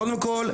קודם כול,